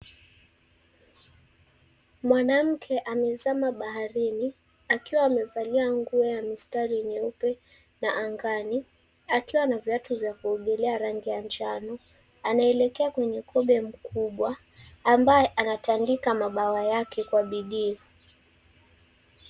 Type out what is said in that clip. Mwanamke amezama akiwa amevalia nguo ya mistari nyeupe na angani akiwa na viatu vya kuogelea rangi ya njano, anaelekea kwenye kobe mkubwa ambaye anatandika mabawa yake kwa bidii.